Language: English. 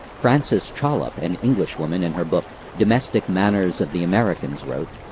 frances trollope, an englishwoman, in her book domestic manners of the americans, wrote